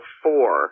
four